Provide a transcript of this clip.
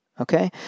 Okay